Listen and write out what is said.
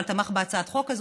אבל תמך בהצעת החוק הזו,